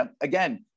again